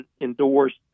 endorsed